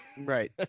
Right